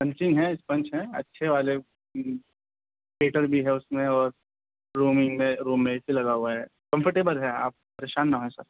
finishing ہیں sponge ہیں اچھے والے پیٹر بھی ہے اس میں اور رومنگ میں روم میں اے سی لگا ہوا ہے کمفرٹیبل ہے آپ پریشان نہ ہو سر